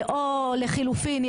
או לחילופין,